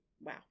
wow